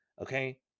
okay